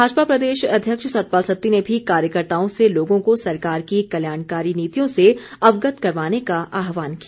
भाजपा प्रदेश अध्यक्ष सतपाल सत्ती ने भी कार्यकर्ताओं से लोगों को सरकार की कल्याणकारी नीतियों से अवगत करवाने का आह्वान किया